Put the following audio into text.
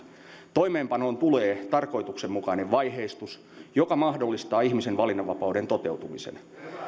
toimeenpanoon tulee tarkoituksenmukainen vaiheistus joka mahdollistaa ihmisen valinnanvapauden toteutumisen